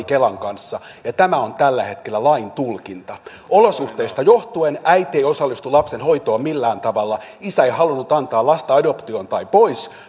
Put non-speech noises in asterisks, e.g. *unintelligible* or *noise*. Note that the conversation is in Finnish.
*unintelligible* kelan kanssa ja tämä on tällä hetkellä lain tulkinta olosuhteista johtuen äiti ei osallistu lapsen hoitoon millään tavalla isä ei halunnut antaa lasta adoptioon tai pois